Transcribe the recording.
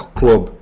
club